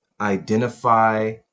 identify